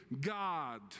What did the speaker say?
God